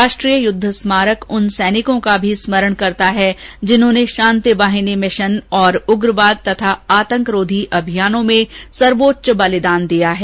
राष्ट्रीय युद्ध स्मारक उन सैनिकों का भी स्मरण करता है जिन्होंने शांतिवाहिनी मिशन और उग्रवाद तथा आंतकरोधी अभियानों में सर्वोच्च बलिदान दिया है